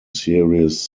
series